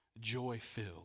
Joy-filled